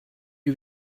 you